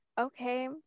Okay